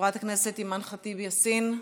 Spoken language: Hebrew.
חברת הכנסת אימאן ח'טיב יאסין,